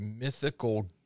mythical